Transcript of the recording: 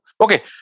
Okay